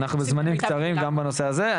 אנחנו בזמנים קצרים גם בנושא הזה,